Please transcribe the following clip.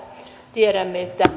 tiedämme että